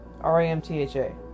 R-A-M-T-H-A